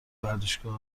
ورزشگاه